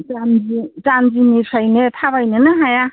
जान्जिनिफ्रायनो थाबायनोनो हाया